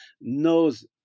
knows